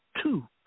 two